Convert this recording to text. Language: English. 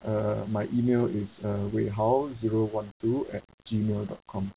uh my email is uh wei hao zero one two at G mail dot com